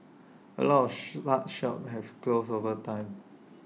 A lots such shops have closed over time